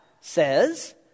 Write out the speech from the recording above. says